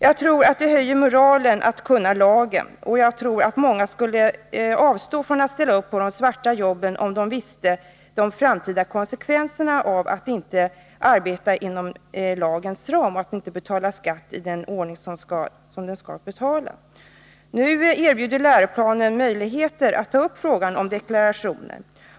Jag tror att det höjer moralen att kunna lagen, och jag tror att många skulle avstå från att ställa upp på de svarta jobben, om de kände till de framtida konsekvenserna av att inte arbeta inom lagens ram och att inte betala skatt i den ordning som den skall betalas. Nu erbjuder läroplanen möjligheter att i skolan ta upp frågan om deklarationen.